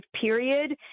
period